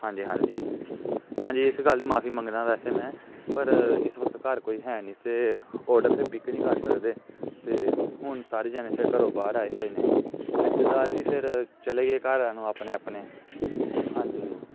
ਹਾਂਜੀ ਹਾਂਜੀ ਹਾਂਜੀ ਇਸ ਗੱਲ ਦੀ ਮੁਆਫੀ ਮੰਗਦਾ ਵੈਸੇ ਮੈਂ ਪਰ ਇਸ ਵਕਤ ਘਰ ਕੋਈ ਹੈ ਨਹੀਂ ਸੀ ਔਡਰ ਫਿਰ ਪਿਕ ਨਹੀਂ ਕਰ ਸਕਦੇ ਅਤੇ ਹੁਣ ਸਾਰੇ ਜਣੇ ਫਿਰ ਘਰੋਂ ਬਾਹਰ ਆਏ ਹੋਏ ਨੇ ਰਿਸ਼ਤੇਦਾਰ ਵੀ ਫਿਰ ਚਲੇ ਗਏ ਘਰਾਂ ਨੂੰ ਆਪਣੇ ਆਪਣੇ ਹਾਂਜੀ